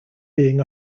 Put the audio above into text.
being